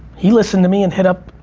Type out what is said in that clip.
he listened to me and hit up,